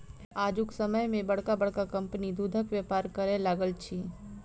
आजुक समय मे बड़का बड़का कम्पनी दूधक व्यापार करय लागल अछि